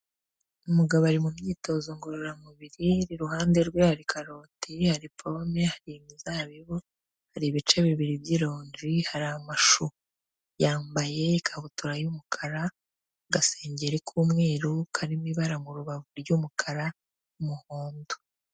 Umugabo ari mu myitozo ngororamubiri iruhande rwe hari karoti, hari pome, hari imizabibu, hari ibice bibiri by'ironji, hari amashu. Yambaye ikabutura y'umukara, agasengeri k'umweru karimo ibara mu rubavu ry'umukara'umuhondo.